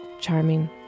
charming